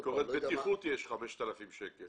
ביקורת בטיחות עולה 5,000 שקל.